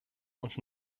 und